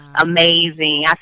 amazing